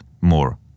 more